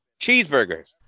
Cheeseburgers